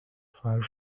far